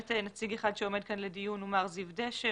נציג אחד שעומד כאן לדיון הוא מר זיו דשא,